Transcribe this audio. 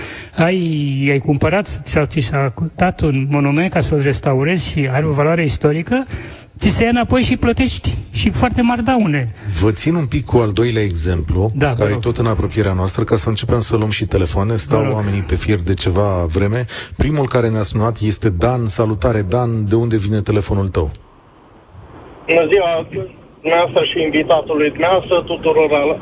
Ai- ai cumpărat sau ți s-a acordat un monument ca să-l restaurezi și are o valoare istorică, ți se ia înapoi și plătești. Și foarte mari daune. Vă țin un pic cu al doilea exemplu, Da, vă care rog. e tot în apropierea noastră, ca să începem să luăm și telefoane. Vă Stau rog. oamenii pe fir de ceva vreme. Primul care ne-a sunat este Dan. Salutare, Dan. De unde vine telefonul tău? Bună ziua, dumneavoastră și invitatului dumneavoastră, tuturor as-